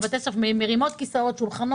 בבתי הספר הן מרימות כי כיסאות ושולחנות,